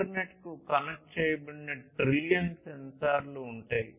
ఇంటర్నెట్కు కనెక్ట్ చేయబడిన ట్రిలియన్ల సెన్సార్లు ఉంటాయి